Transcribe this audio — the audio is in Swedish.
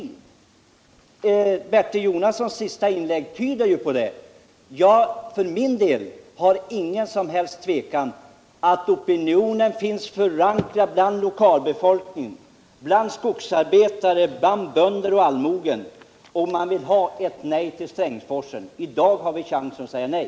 Bertil Jonassons senaste inlägg tyder på det. Jag för min del hyser inget som helst tvivel om att opinionen finns förankrad bland lokalbefolkningen, bland skogsarbetare, bönder och allmoge: nej till Strängsforsen. I dag har vi chansen att säga nej.